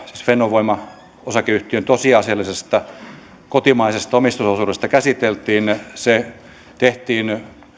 fennovoima osakeyhtiön tosiasiallisesta kotimaisesta omistusosuudesta käsiteltiin se tehtiin